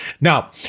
Now